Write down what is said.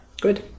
Good